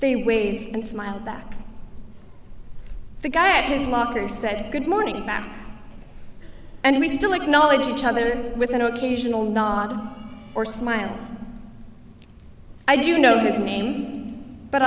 they wave and smile back the guy at his locker said good morning and we still acknowledge each other with an occasional nod or smile i do know his name but